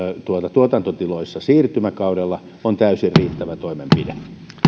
tuotantotiloissa siirtymäkaudella on täysin riittävä toimenpide